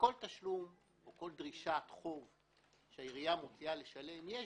לכל דרישת חוב שהעירייה מוציאה לשלם יש